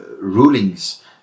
rulings